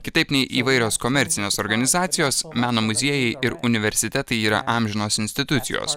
kitaip nei įvairios komercinės organizacijos meno muziejai ir universitetai yra amžinos institucijos